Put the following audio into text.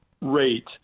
rate